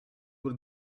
will